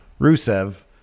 Rusev